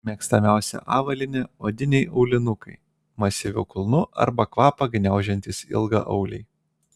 mėgstamiausia avalynė odiniai aulinukai masyviu kulnu arba kvapą gniaužiantys ilgaauliai